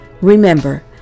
Remember